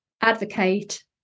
advocate